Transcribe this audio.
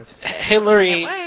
Hillary